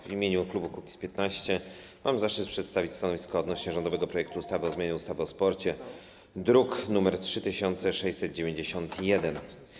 W imieniu klubu Kukiz’15 mam zaszczyt przedstawić stanowisko odnośnie do rządowego projektu ustawy o zmianie ustawy o sporcie, druk nr 3691.